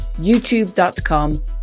youtube.com